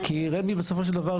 כי רמ"י בסופו של דבר,